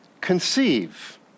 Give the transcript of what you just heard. conceive